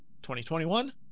2021